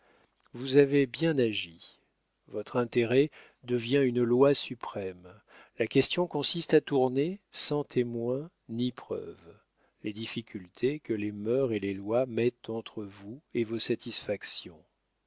vous avez bien agi votre intérêt devient une loi suprême la question consiste à tourner sans témoins ni preuves les difficultés que les mœurs et les lois mettent entre vous et vos satisfactions